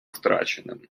втраченим